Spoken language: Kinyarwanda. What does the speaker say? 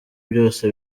byose